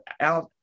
out